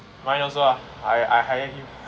mine also ah I I hire him